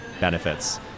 benefits